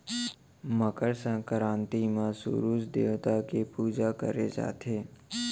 मकर संकरांति म सूरूज देवता के पूजा करे जाथे